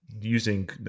using